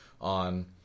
on